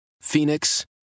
Phoenix